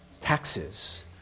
taxes